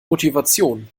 motivation